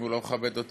אם הוא לא מכבד אותנו,